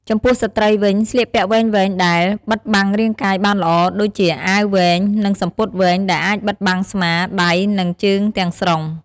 ចំពោះស្ត្រីវិញ៖ ស្លៀកពាក់វែងៗដែល បិទបាំងរាងកាយបានល្អ ដូចជាអាវវែង និងសំពត់វែង ដែលអាចបិទបាំងស្មា ដៃ និងជើងទាំងស្រុង។